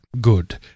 Good